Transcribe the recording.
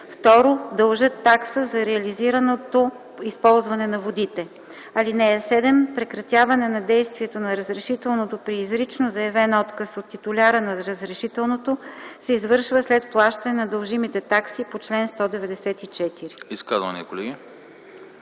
46; 2. дължат такса за реализираното използване на водите. (7) Прекратяване действието на разрешителното при изрично заявен отказ от титуляра на разрешителното се извършва след плащане на дължимите такси по чл. 194.”